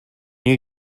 you